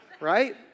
right